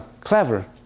clever